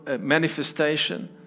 manifestation